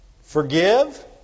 Forgive